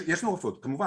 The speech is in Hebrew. יש לנו רופאות, כמובן.